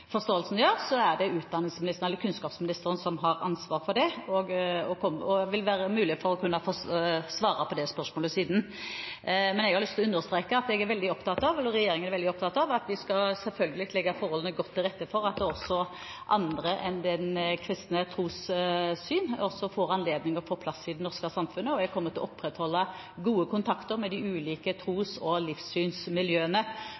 forståelsen å gjøre, er det kunnskapsministeren som har ansvar for det og vil kunne svare på det spørsmålet siden. Men jeg har lyst til å understreke at regjeringen er veldig opptatt av at vi selvfølgelig skal legge forholdene godt til rette for at også andre trossyn enn det kristne får anledning til å få plass i det norske samfunnet. Jeg kommer til å opprettholde gode kontakter med de ulike